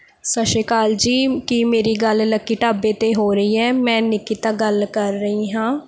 ਸਤਿ ਸ਼੍ਰੀ ਅਕਾਲ ਜੀ ਕੀ ਮੇਰੀ ਗੱਲ ਲੱਕੀ ਢਾਬੇ 'ਤੇ ਹੋ ਰਹੀ ਹੈ ਮੈਂ ਨਿੱਕੀਤਾ ਗੱਲ ਕਰ ਰਹੀ ਹਾਂ